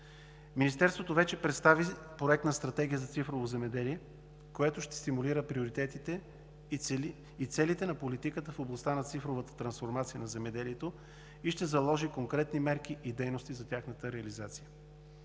Министерството вече представи Проект на стратегия за цифрово земеделие, което ще стимулира приоритетите и целите на политиката в областта на цифровата трансформация на земеделието, и ще заложи конкретни мерки и дейности за тяхната реализация.